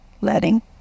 letting